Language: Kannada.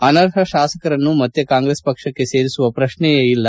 ಅನರ್ಹ ಶಾಸಕರನ್ನು ಮತ್ತೆ ಕಾಂಗ್ರೆಸ್ ಪಕ್ಷಕ್ಕೆ ಸೇರಿಸುವ ಪ್ರಶ್ನೆಯೇ ಇಲ್ಲ